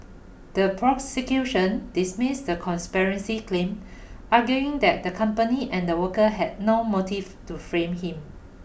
the prosecution dismissed the conspiracy claim arguing that the company and the workers had no motive to frame him